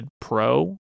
Pro